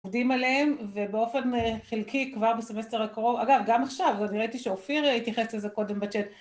עובדים עליהם, ובאופן חלקי כבר בסמסטר הקרוב... אגב גם עכשיו, אני ראיתי שאופיר התייחס לזה קודם בצ'אט